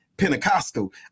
Pentecostal